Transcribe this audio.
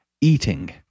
eating